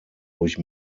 durch